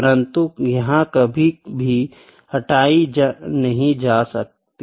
परन्तु यह कभी भी हटाई नहीं जा सकती